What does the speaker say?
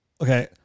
okay